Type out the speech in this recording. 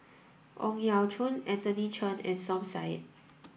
Ang Yau Choon Anthony Chen and Som Said